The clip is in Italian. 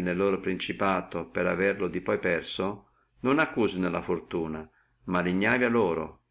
nel principato loro per averlo di poi perso non accusino la fortuna ma la ignavia loro